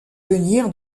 venir